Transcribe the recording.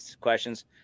questions